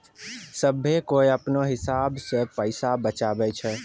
सभ्भे कोय अपनो हिसाब से पैसा के बचाबै छै